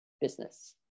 business